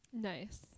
nice